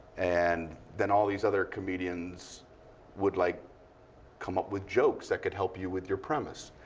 and then, all these other comedians would like come up with jokes that could help you with your premise.